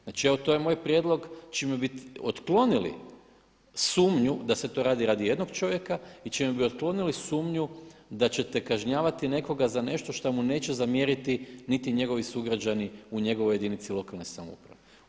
Znači to je moj prijedlog čime bi otklonili sumnju da se to radi radi jednog čovjeka i čime bi otklonili sumnju da ćete kažnjavati nekoga za nešto što mu neće zamjeriti niti njegovi sugrađani u njegovoj jedinici lokalne samouprave.